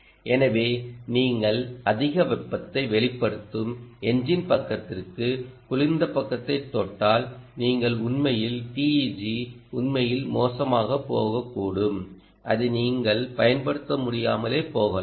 எனவே நீங்கள் அதிக வெப்பத்தை வெளிப்படுத்தும் என்ஜின் பக்கத்திற்கு குளிர்ந்த பக்கத்தைத் தொட்டால் உண்மையில் TEG மோசமாகப் போகக்கூடும் அதை நீங்கள் பயன்படுத்த முடியாமல் போகலாம்